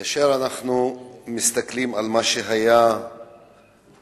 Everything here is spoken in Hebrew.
כאשר אנחנו מסתכלים על מה שהיה בהאיטי,